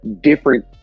different